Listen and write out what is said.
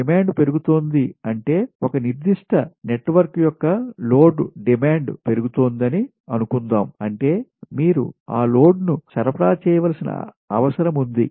demand పెరుగుతోంది అంటే ఒక నిర్దిష్ట నెట్వర్క్ యొక్క లోడ్ డిమాండ్ పెరుగుతోందని అనుకుందాం అంటే మీరు ఆ లోడ్ను సరఫరా చేయవలసిన అవసరముంది